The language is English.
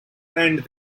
and